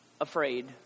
afraid